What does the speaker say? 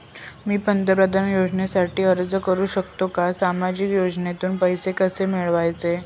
मी पंतप्रधान योजनेसाठी अर्ज करु शकतो का? सामाजिक योजनेतून पैसे कसे मिळवायचे